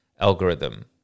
algorithm